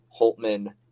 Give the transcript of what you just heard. Holtman